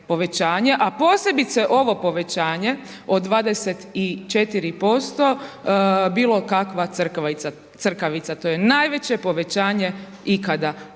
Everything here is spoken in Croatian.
a posebice ovo povećanje od 24% bilo kakva crkavica, to je najveće povećanje ikada,